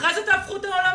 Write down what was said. אחרי זה תהפכו את העולמות.